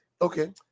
Okay